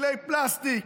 כלי פלסטיק,